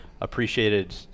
appreciated